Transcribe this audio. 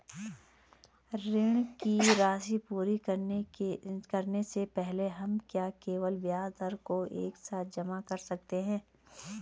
ऋण की राशि पूरी करने से पहले हम क्या केवल ब्याज दर को एक साथ जमा कर सकते हैं?